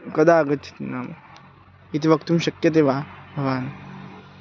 कदा आगच्छति नाम इति वक्तुं शक्यते वा भवान्